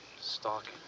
stalking